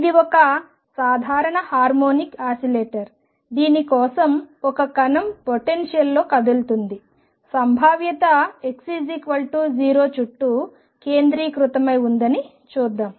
ఇది ఒక సాధారణ హార్మోనిక్ ఆసిలేటర్ దీని కోసం ఒక కణం పొటెన్షియల్లో కదులుతుంది సంభావ్యత x 0 చుట్టూ కేంద్రీకృతమై ఉందని చూద్దాం